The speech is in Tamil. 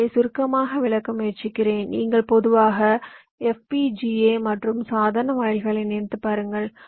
எனவே சுருக்கமாக விளக்க முயற்சிக்கிறேன் நீங்கள் பொதுவாக FPGA மற்றும் சாதாரண வாயில்களை நினைத்துப் பாருங்கள்